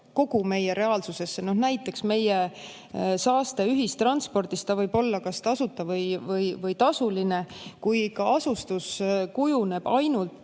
kogu meie reaalsusesse. Näiteks, meie saaste ühistranspordist, see võib olla kas tasuta või tasuline, kui ikka asustus kujuneb ainult